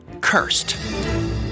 cursed